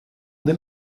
den